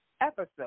episode